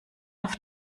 auf